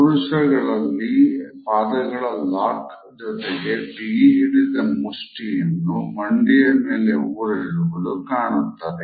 ಪುರುಷರಲ್ಲಿ ಪಾದಗಳ ಲಾಕ್ ಜೊತೆಗೆ ಬಿಗಿಹಿಡಿದ ಮುಷ್ಟಿಯನ್ನು ಮಂಡಿಯ ಮೇಲೆ ಊರಿರುವುದು ಕಾಣುತ್ತದೆ